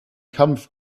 kampf